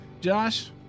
Josh